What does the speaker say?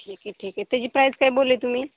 ठीक आहे ठीक आहे त्याची प्राईस काय बोलले तुम्ही